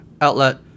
outlet